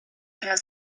has